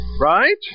Right